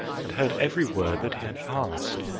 had heard every word that had passed.